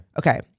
Okay